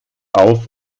auf